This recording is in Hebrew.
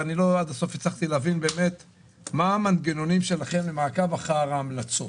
הצלחתי להבין מה המנגנונים שלכם במעקב אחר ההמלצות,